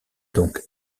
donc